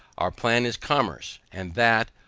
our plan is commerce, and that,